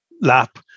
lap